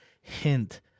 hint